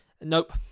Nope